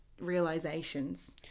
realizations